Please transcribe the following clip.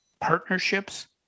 partnerships